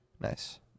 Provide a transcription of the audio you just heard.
nice